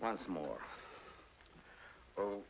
once more o